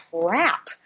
crap